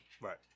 right